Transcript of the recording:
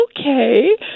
Okay